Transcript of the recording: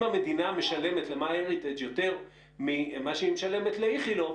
אם המדינה משלמת ל- MyHeritageיותר ממה שהיא משלמת לאיכילוב,